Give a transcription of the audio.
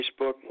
Facebook